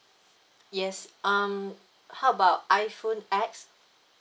yes um how about iphone X